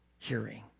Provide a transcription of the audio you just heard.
hearing